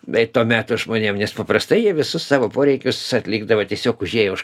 bei to meto žmonėms nes paprastai jie visus savo poreikius atlikdavo tiesiog užėję už